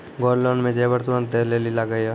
Gold loan मे जेबर तुरंत दै लेली लागेया?